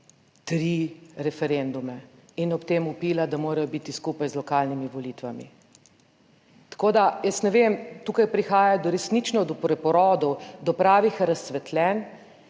tri referendume in ob tem vpila, da morajo biti skupaj z lokalnimi volitvami. Tako, da jaz ne vem, tukaj prihaja resnično do preporodov, do pravih razsvetljenj,